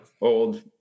old